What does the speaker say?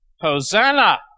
Hosanna